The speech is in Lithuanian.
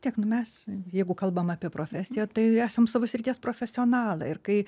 tiek nu mes jeigu kalbam apie profesiją tai esam savo srities profesionalai ir kai